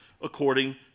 according